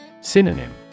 Synonym